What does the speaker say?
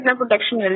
protection